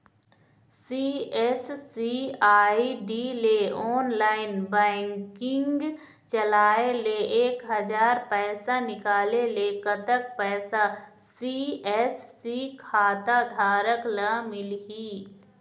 CSC ID ले online banking चलाए ले एक हजार पैसा निकाले ले कतक पैसा सी.एस.सी खाता धारक ला मिलही?